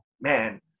man